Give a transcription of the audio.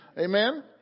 Amen